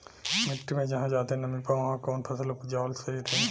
मिट्टी मे जहा जादे नमी बा उहवा कौन फसल उपजावल सही रही?